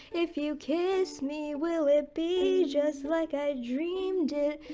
if you kiss me, will it be just like i dreamed it?